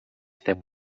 estem